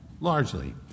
largely